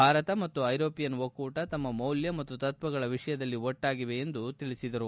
ಭಾರತ ಮತ್ತು ಐರೋಪಿಯನ್ ಒಕ್ಕೂಟ ತಮ್ಮ ಮೌಲ್ಯ ಮತ್ತು ತತ್ವಗಳ ವಿಷಯದಲ್ಲಿ ಒಗ್ಗಟ್ಟಾಗಿದೆ ಎಂದು ಹೇಳಿದರು